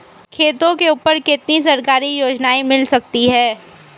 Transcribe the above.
खेतों के ऊपर कितनी सरकारी योजनाएं मिल सकती हैं?